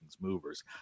movers